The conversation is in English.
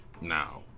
now